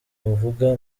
muvuga